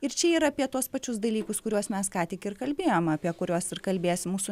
ir čia yra apie tuos pačius dalykus kuriuos mes ką tik ir kalbėjom apie kuriuos ir kalbėsim mūsų